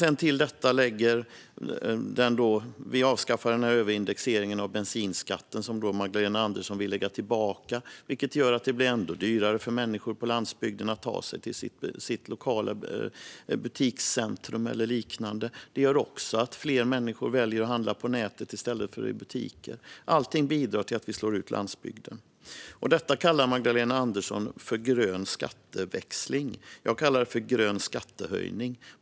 Vi avskaffade överindexeringen av bensinskatten, som Magdalena Andersson vill lägga tillbaka. Det skulle göra det ännu dyrare för människor på landsbygden att ta sig till sitt lokala butikscentrum. Det leder också till att fler väljer att handla på nätet i stället för i butiker. Allting bidrar till att slå ut landsbygden. Detta kallar Magdalena Andersson grön skatteväxling. Jag kallar det grön skattehöjning.